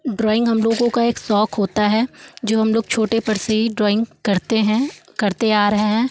drawing हम लोगों का एक शौक होता है जो हम लोग छोटे पर से ही ड्राइंग करते हैं करते आ रहे हैं